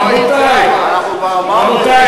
זה לא, רבותי, אנחנו כבר אמרנו את זה.